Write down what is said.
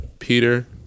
Peter